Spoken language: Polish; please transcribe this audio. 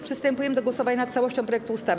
Przystępujemy do głosowania nad całością projektu ustawy.